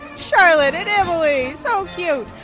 charlotte and emily so cute.